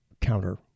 counter